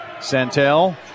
Santel